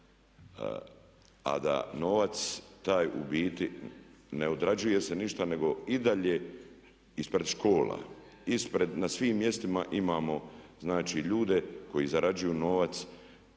a da novac taj u biti ne odrađuje se ništa nego i dalje ispred škola, ispred na svim mjestima imamo znači ljude koji zarađuju novac.